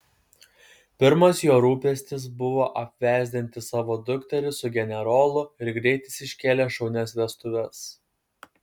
pirmas jo rūpestis buvo apvesdinti savo dukterį su generolu ir greit jis iškėlė šaunias vestuves